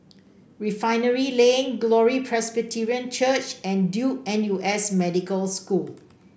Refinery Lane Glory Presbyterian Church and Duke N U S Medical School